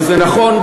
וזה נכון,